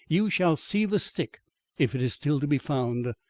you shall see the stick if it is still to be found.